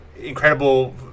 Incredible